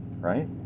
right